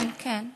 כן, כן, כן.